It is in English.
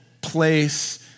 place